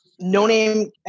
No-name